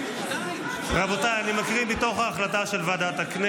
--- מה אתה בודק עכשיו את הוועדה?